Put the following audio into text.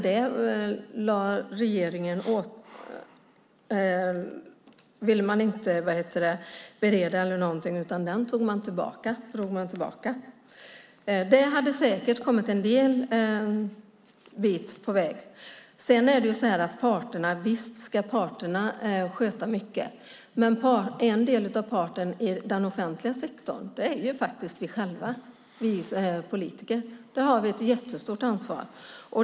Den ville inte regeringen bereda. Den drog man tillbaka. Det hade säkert gjort att man kommit en bit på väg. Visst ska parterna sköta mycket, men en del av parten i den offentliga sektorn är vi själva, vi politiker. Vi har ett jättestort ansvar.